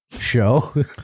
show